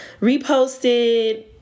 reposted